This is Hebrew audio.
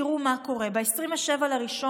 תראו מה קורה: ב-27 בינואר,